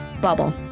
Bubble